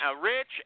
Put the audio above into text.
Rich